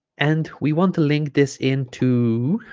and we want to link this into